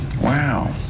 Wow